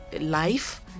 life